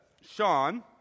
Sean